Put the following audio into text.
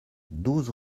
douze